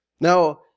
Now